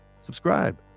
subscribe